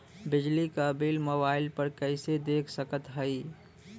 बिजली क bill mobile पर कईसे देख सकत हई?